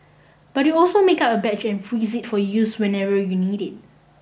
but you can also make up a batch and freeze it for use whenever you need it